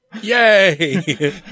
Yay